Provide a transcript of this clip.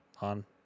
on